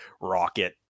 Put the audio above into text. rocket